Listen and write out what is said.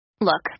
Look